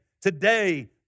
today